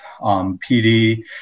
PD